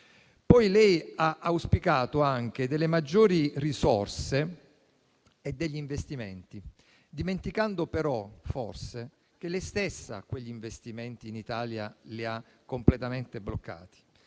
Lei ha auspicato anche maggiori risorse per gli investimenti, dimenticando però, forse, che lei stessa quegli investimenti in Italia li ha completamente bloccati,